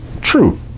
True